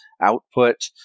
output